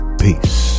Peace